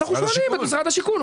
אנחנו שואלים את משרד השיכון.